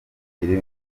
ibiri